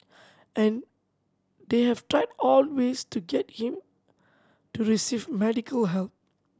and they have tried all ways to get him to receive medical help